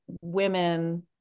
women